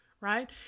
right